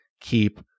keep